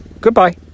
Goodbye